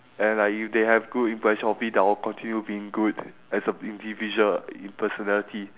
and like if they have good impression of me then I'll continue being good as a individual in personality